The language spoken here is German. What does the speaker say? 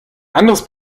anderes